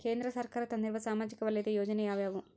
ಕೇಂದ್ರ ಸರ್ಕಾರ ತಂದಿರುವ ಸಾಮಾಜಿಕ ವಲಯದ ಯೋಜನೆ ಯಾವ್ಯಾವು?